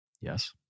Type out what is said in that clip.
Yes